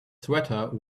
sweater